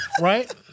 right